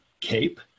cape